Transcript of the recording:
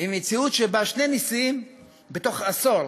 עם מציאות שבה שני נשיאים בתוך עשור